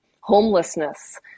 homelessness